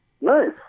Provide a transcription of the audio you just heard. Nice